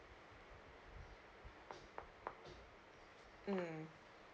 mm